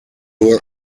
were